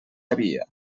havia